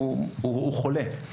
הוא חולה.